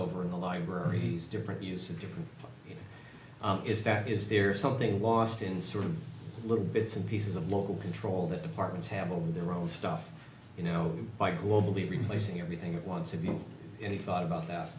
over in the libraries different uses different is that is there something lost in sort of little bits and pieces of local control that departments have on their own stuff you know by global the replacing everything at once if you've any thought about that